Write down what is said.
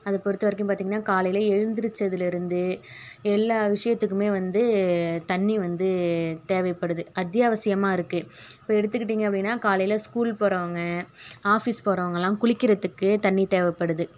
அதை பொறுத்த வரைக்கும் பார்த்திங்கன்னா காலையில் எழுதுறச்சதுலருந்து எல்லா விஷயத்துக்குமே வந்து தண்ணி வந்து தேவைப்படுது அத்தியாவசியமாக இருக்கு இப்போ எடுத்துக்கிட்டிங்க அப்படின்னா காலையில் ஸ்கூல் போகிறவங்க ஆஃபிஸ் போகிறவங்களாம் குளிக்கிறதுக்கு தண்ணி தேவைப்படுது